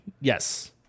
Yes